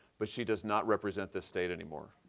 but she does not represent this state anymore.